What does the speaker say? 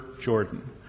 Jordan